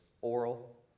oral